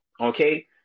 Okay